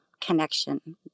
connection